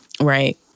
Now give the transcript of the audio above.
Right